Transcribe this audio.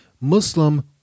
Muslim